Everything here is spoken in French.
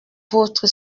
votre